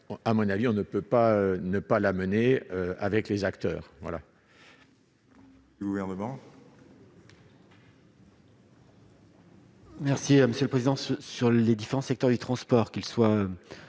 à mon avis, on ne peut pas ne pas la mener avec les acteurs